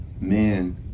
men